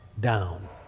down